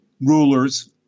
rulers –